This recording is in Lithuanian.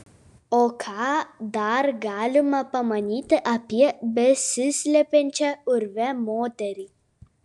o ką dar galima pamanyti apie besislepiančią urve moterį